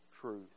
truth